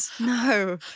No